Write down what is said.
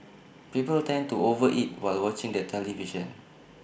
people tend to over eat while watching the television